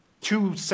two